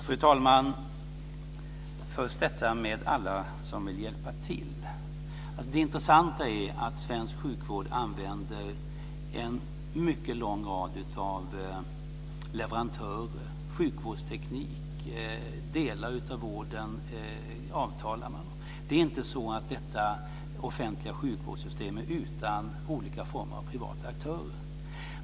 Fru talman! Först vill jag ta upp frågan om alla som vill hjälpa till. Det intressanta är att svensk sjukvård använder en mycket lång rad av leverantörer och sjukvårdsteknik. Delar av vården avtalar man om. Det är inte så att detta offentliga sjukvårdssystem är utan olika former av privata aktörer.